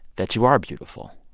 that you are beautiful.